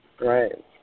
right